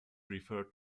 referred